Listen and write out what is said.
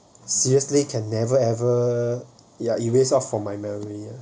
seriously can never ever ya erased off from my memory ah